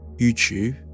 YouTube